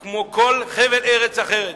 כמו כל חבל ארץ אחר.